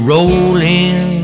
Rolling